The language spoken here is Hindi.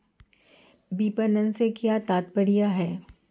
विपणन से क्या तात्पर्य है?